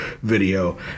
video